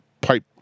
pipe